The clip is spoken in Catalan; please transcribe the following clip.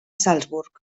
salzburg